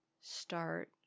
Start